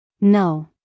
No